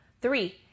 Three